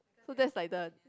so that's like the